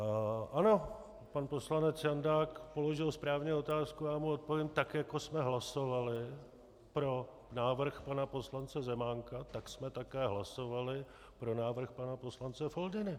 Ano, pan poslanec Jandák položil správně otázku a já má odpovím tak jako jsme hlasovali pro návrh pana poslance Zemánka, tak jsme také hlasovali pro návrh pana poslance Foldyny.